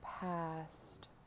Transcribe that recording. past